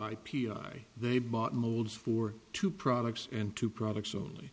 i they bought molds for two products and two products only